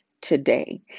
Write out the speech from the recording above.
today